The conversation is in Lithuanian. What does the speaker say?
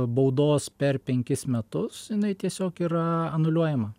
baudos per penkis metus jinai tiesiog yra anuliuojama